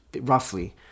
roughly